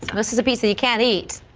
this is abc can eat.